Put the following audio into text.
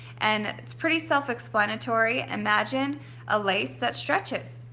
and it's pretty self explanatory. imagine a lace that stretches.